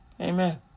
Amen